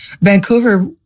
Vancouver